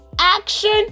action